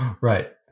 Right